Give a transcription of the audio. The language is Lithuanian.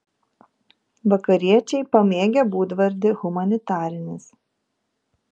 vakariečiai pamėgę būdvardį humanitarinis